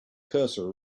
cursor